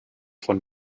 von